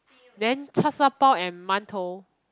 then char-shao-bao and mantou